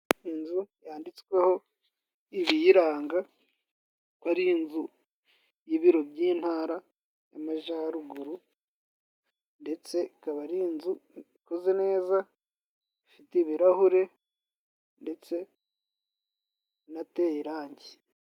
Inzu yanditsweho ibiyiranga ko ari inzu y'ibiro by'Intara y'Amajyaruguru. Ndetse ikaba ari inzu ikoze neza ifite ibirahure ndetse inateye irangi.